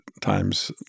times